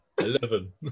eleven